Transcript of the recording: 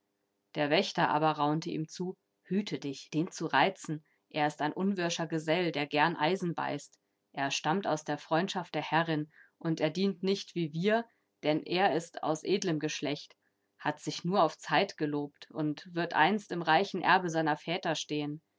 der wächter aber raunte ihm zu hüte dich den zu reizen er ist ein unwirscher gesell der gern eisen beißt er stammt aus der freundschaft der herrin und er dient nicht wie wir denn er ist aus edlem geschlecht hat sich nur auf zeit gelobt und wird einst im reichen erbe seiner väter stehen